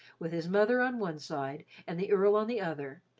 with his mother on one side and the earl on the other,